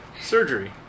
surgery